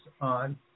on